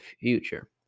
future